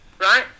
right